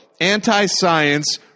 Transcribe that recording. anti-science